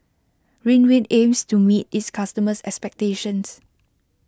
Ridwind aims to meet its customers' expectations